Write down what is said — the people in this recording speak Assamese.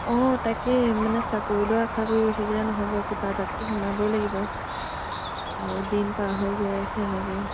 অঁ তাকে মানে চাকৰিলৈও আশা কৰি থাকিলে নহ'ব কিবা এটাততো সোমাবই লাগিব আৰু দিন পাৰ হৈ গৈ আছে এনেকে